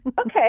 okay